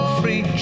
free